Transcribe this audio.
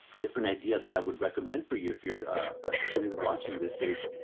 different idea that i would recommend for you if you're a student watching this is,